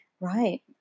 Right